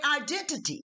identity